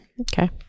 okay